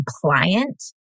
compliant